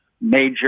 major